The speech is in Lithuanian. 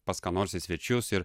pas ką nors į svečius ir